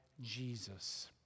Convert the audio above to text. Jesus